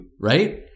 right